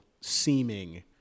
seeming